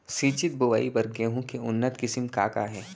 सिंचित बोआई बर गेहूँ के उन्नत किसिम का का हे??